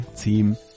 team